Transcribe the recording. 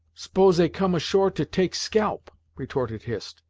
s'pose ey come ashore to take scalp? retorted hist,